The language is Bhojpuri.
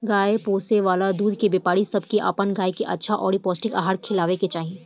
गाय पोसे वाला दूध के व्यापारी सब के अपन गाय के अच्छा अउरी पौष्टिक आहार खिलावे के चाही